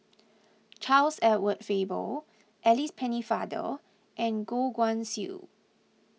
Charles Edward Faber Alice Pennefather and Goh Guan Siew